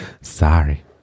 sorry